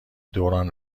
دوران